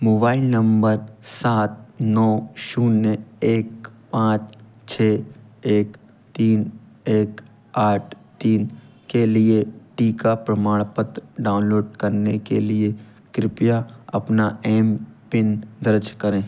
mobile number सात नौ शून्य एक पाँच छः एक तीन एक आठ तीन के लिए टीका प्रमाणपत्र डाउनलोड करने के लिए कृपया अपना एम पिन दर्ज करें